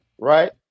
Right